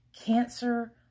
cancer